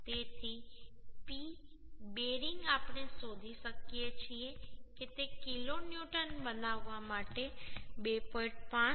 તેથી p bearing આપણે શોધી શકીએ છીએ કે તે કિલોન્યુટન બનાવવા માટે 2